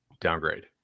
downgrade